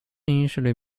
initially